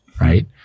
right